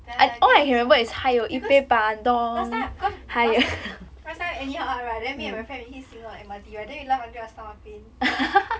等一下来来给我一下 because last time I because last time last time anyhow [one] right then me and my friend keep singing on M_R_T right then we laugh until I stomach pain